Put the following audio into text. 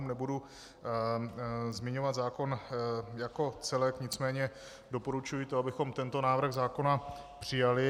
Nebudu zmiňovat zákon jako celek, nicméně doporučuji to, abychom tento návrh zákona přijali.